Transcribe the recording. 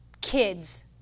kids